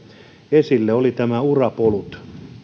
esille eli nämä urapolut